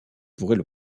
pourrait